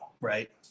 right